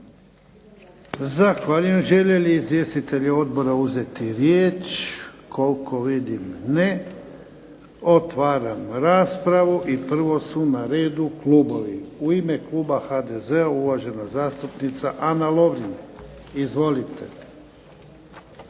Zahvaljujem. Žele li izvjestitelji odbora uzeti riječ? Koliko vidim ne. Otvaram raspravu, prvo su na redu klubovi. U ime Kluba HDZ-a uvažena zastupnica Ana Lovrin. Izvolite.